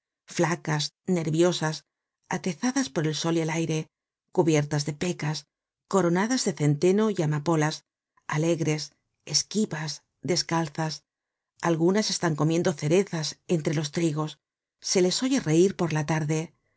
flacas nerviosas atezadas por el sol y el aire cubiertas de pecas coronadas de centeno y amapolas alegres esquivas descalzas algunas están comiendo cerezas entre los trigos se les oye reir por la tarde